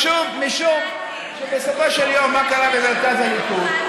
משום שבסופו של יום, מה קרה במרכז הליכוד?